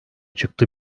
çıktı